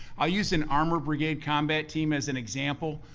i use an armored brigade combat team as an example,